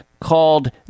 called